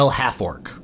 half-orc